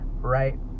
right